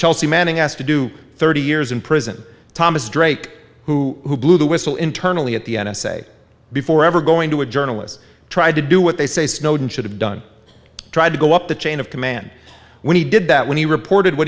chelsea manning asked to do thirty years in prison thomas drake who blew the whistle internally at the n s a before ever going to a journalist tried to do what they say snowden should have done tried to go up the chain of command when he did that when he reported what